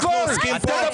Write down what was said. אנחנו עוסקים פה בכספי ציבור.